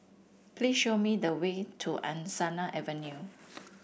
please show me the way to Angsana Avenue